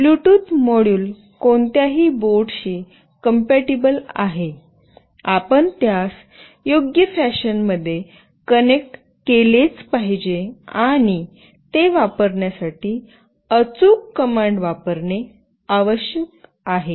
Bluetooth module कोणत्याही बोर्डशी compatible आहे आपण त्यास योग्य फॅशनमध्ये कनेक्ट केलेच पाहिजे आणि ते वापरण्यासाठी अचूक कमांड वापरणे आवश्यक आहे